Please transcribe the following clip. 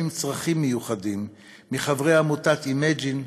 עם צרכים מיוחדים מחברי עמותת Imagine,